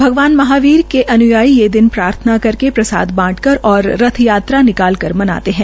भगवान महावीर के अन्यायी ये दिन प्रार्थना करके प्रसाद बांटकर और रथयात्रा निकालकर मनाते है